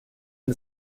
and